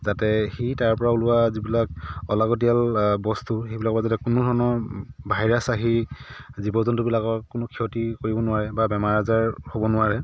যাতে সি তাৰ পৰা ওলোৱা যিবিলাক অলাগতিয়াল বস্তু সেইবিলাকত যাতে কোনো ধৰণৰ ভাইৰাছ আহি জীৱ জন্তুবিলাকৰ কোনো ক্ষতি কৰিব নোৱাৰে বা বেমাৰ আজাৰ হ'ব নোৱাৰে